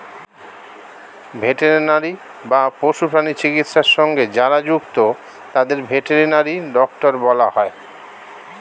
veterinary বা পশু প্রাণী চিকিৎসা সঙ্গে যারা যুক্ত তাদের ভেটেরিনারি ডক্টর বলা হয়